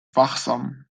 wachsam